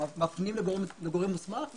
מפנים לגורם מוסמך ועוקבים.